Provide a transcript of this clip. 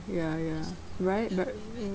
ya ya right but